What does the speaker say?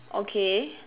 okay